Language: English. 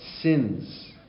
sins